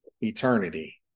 eternity